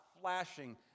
flashing